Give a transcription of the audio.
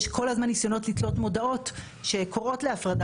יש כל הזמן ניסיונות לתלות מודעות שקוראות להפרדה,